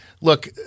look